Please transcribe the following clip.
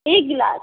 एक ग्लास